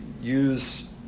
use